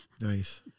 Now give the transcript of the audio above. Nice